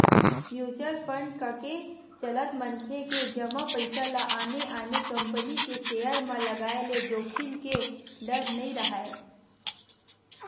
mutual fund कके चलत मनखे के जमा पइसा ल आने आने कंपनी के सेयर म लगाय ले जोखिम के डर नइ राहय